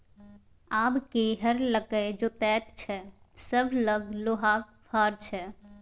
आब के हर लकए जोतैय छै सभ लग लोहाक फार छै